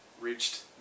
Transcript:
reached